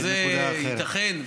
ייתכן,